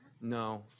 No